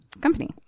company